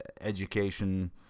education